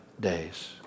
days